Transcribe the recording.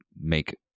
make